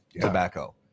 tobacco